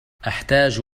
أحتاج